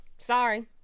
Sorry